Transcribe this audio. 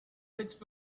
which